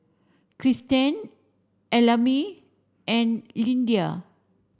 Cristen Ellamae and Lyndia